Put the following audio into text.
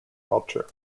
culture